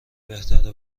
بهتره